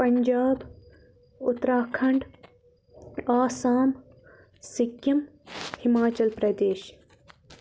Punjab Uttarakhand Assam Sikkim Himachal Pradesh